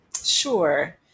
Sure